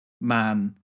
man